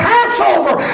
Passover